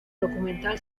documental